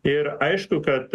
ir aišku kad